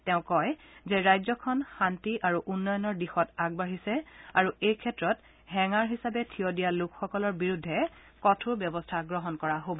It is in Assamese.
তেওঁ কয় যে ৰাজ্যখন শান্তি আৰু উন্নয়নৰ দিশত আগবাঢ়িছে আৰু এইক্ষেত্ৰত হেঙাৰ হিচাপে থিয় দিয়া লোকসকলৰ বিৰুদ্ধে কঠোৰ ব্যৱস্থা গ্ৰহণ কৰা হ'ব